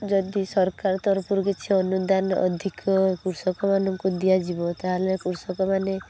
ଯଦି ସରକାର ତରଫରୁ କିଛି ଅନୁଦାନ ଅଧିକ କୃଷକ ମାନଙ୍କୁ ଦିଆଯିବ ତାହେଲେ କୃଷକ ମାନେ